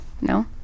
No